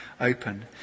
open